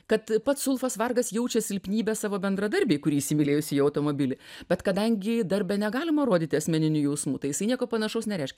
kad pats ulfas vargas jaučia silpnybę savo bendradarbei kuri įsimylėjusi jo automobilį bet kadangi darbe negalima rodyti asmeninių jausmų tai jisai nieko panašaus nereiškia